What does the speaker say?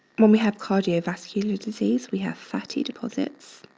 when we have cardiovascular disease, we have fatty deposits